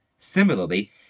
Similarly